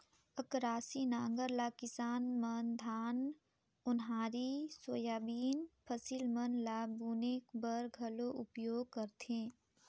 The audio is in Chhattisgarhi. अकरासी नांगर ल किसान मन धान, ओन्हारी, सोयाबीन फसिल मन ल बुने बर घलो उपियोग करथे